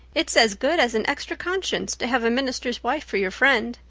it's as good as an extra conscience to have a minister's wife for your friend.